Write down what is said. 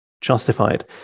justified